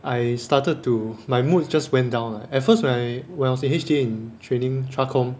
I started to my moods just went down lah at first when I when I was in H_T_A in training TRACOM